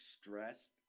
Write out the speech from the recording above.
stressed